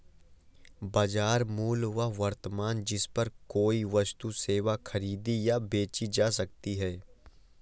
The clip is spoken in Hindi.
बाजार मूल्य वह वर्तमान जिस पर कोई वस्तु सेवा खरीदी या बेची जा सकती है